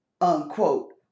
unquote